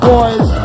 Boys